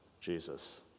Jesus